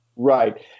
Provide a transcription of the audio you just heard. Right